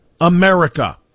America